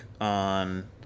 on